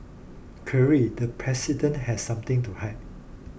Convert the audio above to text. clearly the president has something to hide